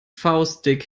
faustdick